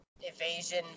evasion